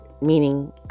meaning